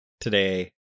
today